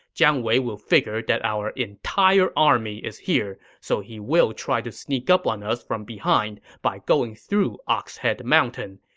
jiang wei will figure that our entire army is here, so he will try to sneak up on us from behind by going through ox head mountain.